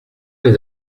les